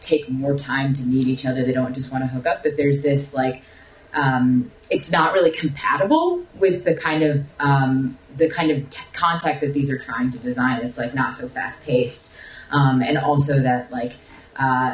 take more time to meet each other they don't just want to hook up that there's this like it's not really compatible with the kind of the kind of contact that these are trying to design it's like not so fast paced and also that like